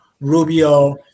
Rubio